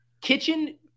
kitchen